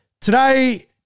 Today